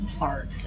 art